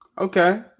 okay